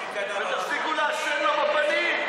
לאכול ותפסיקו לעשן לו בפנים.